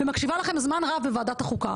ומקשיבה לכם זמן רב בוועדת החוקה.